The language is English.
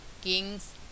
kings